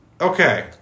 Okay